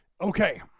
okay